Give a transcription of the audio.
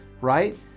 right